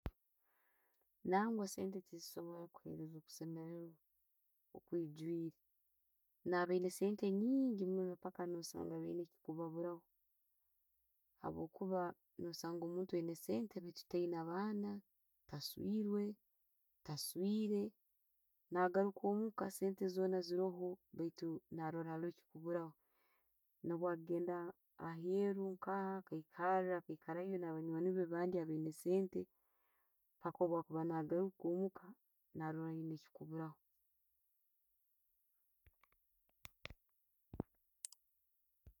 Nangwa, sente tezisoobora kuhereza kusemererwa okwiigwiire. No' oba oyine sente nyiigi mpaka no'sanga bayiina echikubaburaho habwokuba no'sanga omuntu ayine esente baitu tayina omwana, taswiire, taswire, nagaruka omuka sente zonna ziroho baitu no'rola aroho ehikuburaho. Nabwagenda aheru nka akaikara na'banywanine be abandi abaina sente, mpaka bwakuba nagaruka muka, narola ayine ebikuburaho.